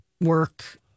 work